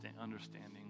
understanding